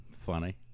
funny